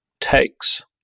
takes